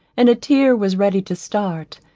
and a tear was ready to start,